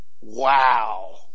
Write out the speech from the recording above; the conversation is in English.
wow